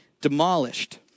demolished